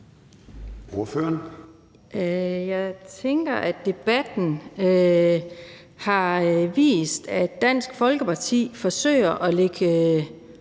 (KF): Jeg tænker, at debatten har vist, at Dansk Folkeparti forsøger at lægge